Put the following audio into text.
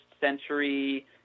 century